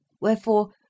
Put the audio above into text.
Wherefore